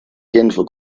genfer